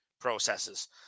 processes